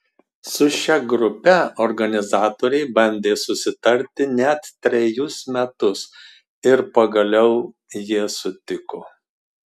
su šia grupe organizatoriai bandė susitarti net trejus metus ir pagaliau jie sutiko